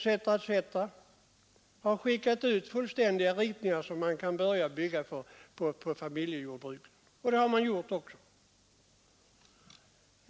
Därifrån kan familjejordbruket få fullständiga ritningar att bygga efter, och det har man också gjort och gör.